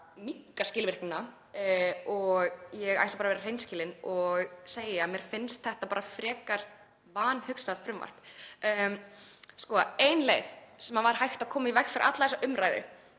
minnka skilvirknina. Ég ætla bara að vera hreinskilin og segja að mér finnst þetta bara frekar vanhugsað frumvarp. Ein leið til að koma í veg fyrir alla þessa umræðu